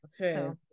okay